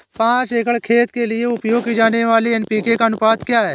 पाँच एकड़ खेत के लिए उपयोग की जाने वाली एन.पी.के का अनुपात क्या है?